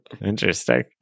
Interesting